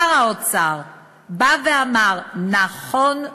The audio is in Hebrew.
שר האוצר בא ואמר: נכון,